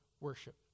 worship